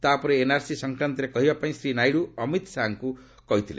ତା'ପରେ ଏନ୍ଆର୍ସି ସଂକ୍ରାନ୍ତରେ କହିବାପାଇଁ ଶ୍ରୀ ନାଇଡୁ ଅମୀତ୍ ଶାହାଙ୍କୁ କହିଥିଲେ